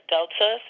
Delta